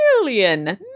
million